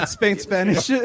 Spain-Spanish